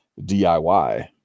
DIY